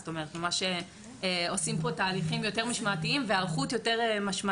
זאת אומרת ממש עושים פה תהליכים יותר משמעתיים והיערכות יותר משמעתית,